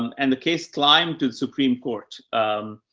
um and the case climb to the supreme court. um,